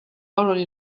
already